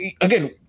Again